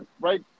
right